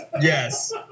Yes